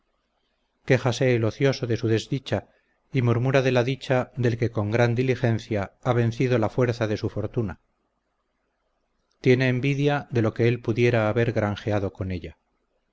quéjase el ocioso de su desdicha y murmura de la dicha del que con gran diligencia ha vencido la fuerza de su fortuna tiene envidia de lo que él pudiera haber granjeado con ella